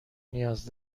نیاز